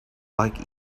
like